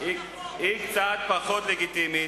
היא קצת פחות לגיטימית.